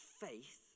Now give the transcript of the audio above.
faith